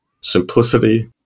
simplicity